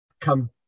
come